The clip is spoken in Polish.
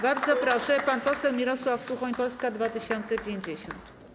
Bardzo proszę, pan poseł Mirosław Suchoń, Polska 2050.